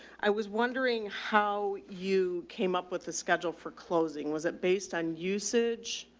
i was wondering how you came up with a schedule for closing. was it based on usage?